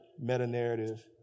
meta-narrative